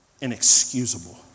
inexcusable